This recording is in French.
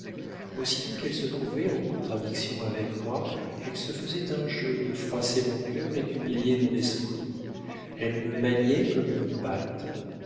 aussitôt qu'elle se trouvait en contradiction avec moi elle se faisait un jeu de froisser mon cœur et d'humilier mon esprit elle me maniait comme une pâte